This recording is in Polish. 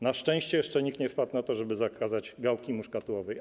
Na szczęście jeszcze nikt nie wpadł na to, żeby zakazać gałki muszkatołowej.